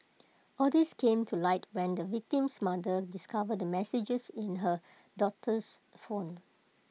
all these came to light when the victim's mother discovered the messages in her daughter's phone